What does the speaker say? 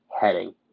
heading